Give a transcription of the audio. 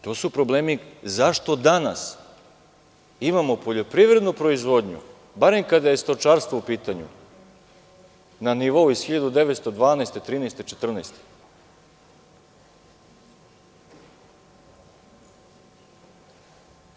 To su problemi zašto danas imamo poljoprivrednu proizvodnju, barem kada je stočarstvo u pitanju, na nivou iz 1912, 1913. ili 1914. godine.